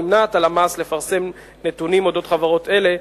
נמנעת הלשכה המרכזית לסטטיסטיקה מלפרסם נתונים על חברות אלה,